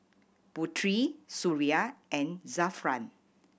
Putri Suria and Zafran